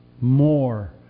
more